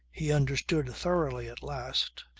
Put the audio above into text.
he understood thoroughly at last,